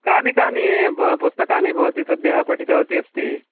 कानि कानि पुस्तकानि भवती सद्यः पठितवती अस्ति